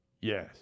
Yes